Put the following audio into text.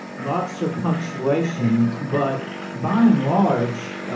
lots of punctuation, but, by and large,